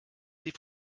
sie